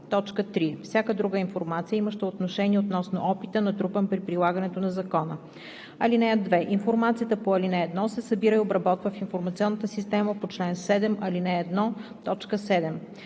№ 1; 3. всяка друга информация, имаща отношение относно опита, натрупан при прилагането на закона. (2) Информацията по ал. 1 се събира и обработва в информационната система по чл. 7, ал. 1,